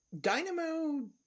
Dynamo